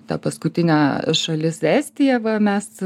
tą paskutinė šalis estija va mes